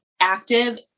Active